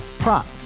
Prop